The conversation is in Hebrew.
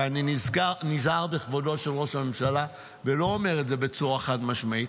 ואני נזהר בכבודו של ראש הממשלה ולא אומר את זה בצורה חד-משמעית,